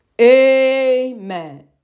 Amen